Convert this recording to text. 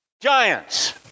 Giants